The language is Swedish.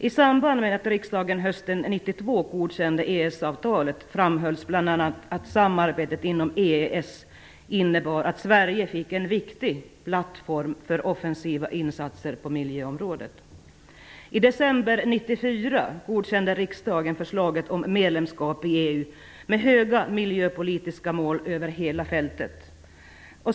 I samband med att riksdagen hösten 1992 godkände EES-avtalet framhölls bl.a. att samarbetet inom EES innebar att Sverige fick en viktig plattform för offensiva insatser på miljöområdet. I december 1994 godkände riksdagen förslaget om medlemskap i EU med höga miljöpolitiska mål över hela fältet.